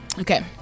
Okay